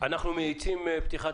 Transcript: אנחנו מאיצים פתיחת